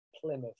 Plymouth